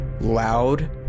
loud